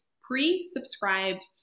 pre-subscribed